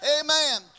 amen